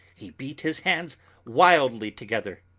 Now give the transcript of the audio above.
he beat his hands wildly together.